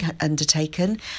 undertaken